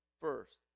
first